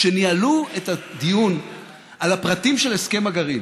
כשניהלו את הדיון על הפרטים של הסכם הגרעין,